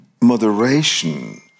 moderation